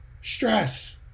stress